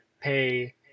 pay